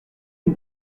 une